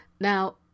Now